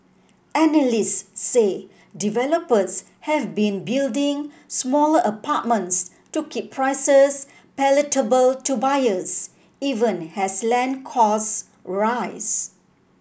analysts say developers have been building smaller apartments to keep prices palatable to buyers even as land costs rise